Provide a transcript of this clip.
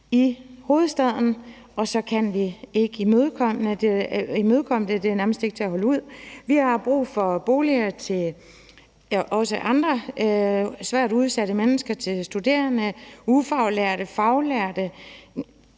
i hovedstaden, og vi så ikke kan imødekomme det, er det nærmest ikke til at holde ud. Vi har også brug for boliger til andre svært udsatte mennesker, til studerende, ufaglærte og faglærte,